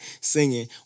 singing